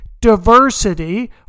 diversity